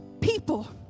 People